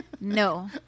No